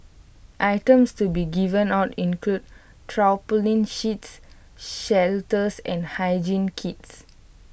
items to be given out include tarpaulin sheets shelters and hygiene kits